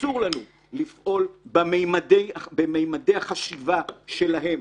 אסור לנו לפעול בממדי החשיבה שלהם,